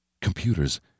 Computers